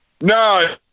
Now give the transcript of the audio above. No